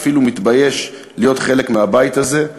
ואפילו מתבייש להיות חלק מהבית הזה,